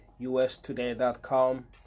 UStoday.com